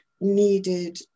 needed